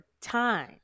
time